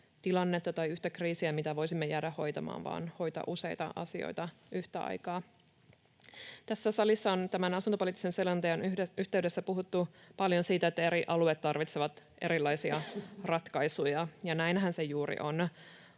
tilannetta tai yhtä kriisiä, mitä voisimme jäädä hoitamaan, vaan pitää hoitaa useita asioita yhtä aikaa. Tässä salissa on nyt tämän asuntopoliittisen selonteon yhteydessä puhuttu paljon siitä, että eri alueet tarvitsevat erilaisia ratkaisuja, ja näinhän se juuri on.